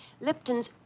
Lipton's